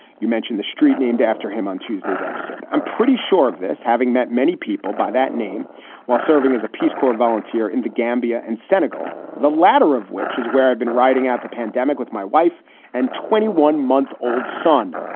you mentioned the street named after him on tuesday's episode. i'm pretty sure of this having met many people by that name while serving as a peace corps volunteer in the gambia and senegal, the latter of which is where i've been riding out the pandemic with my wife and twenty one month old son.